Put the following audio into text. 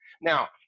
Now